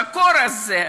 בקור הזה.